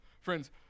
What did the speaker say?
Friends